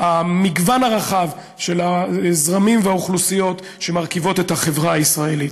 המגוון הרחב של הזרמים והאוכלוסיות שמרכיבות את החברה הישראלית.